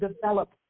develop